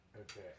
Okay